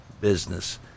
business